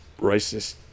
racist